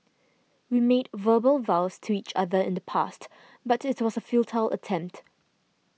we made verbal vows to each other in the past but it was a futile attempt